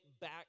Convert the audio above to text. back